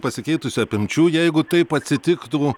pasikeitųsių apimčių jeigu taip atsitiktų